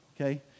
Okay